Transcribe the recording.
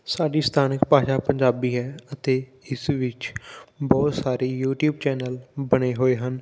ਸਾਡੀ ਸਥਾਨਕ ਭਾਸ਼ਾ ਪੰਜਾਬੀ ਹੈ ਅਤੇ ਇਸ ਵਿੱਚ ਬਹੁਤ ਸਾਰੇ ਯੂਟੀਊਬ ਚੈਨਲ ਬਣੇ ਹੋਏ ਹਨ